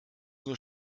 nur